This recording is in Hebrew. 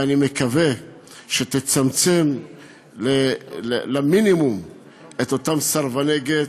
ואני מקווה שהיא תצמצם למינימום את מספרם של אותם סרבני גט,